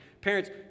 Parents